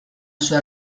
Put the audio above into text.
sua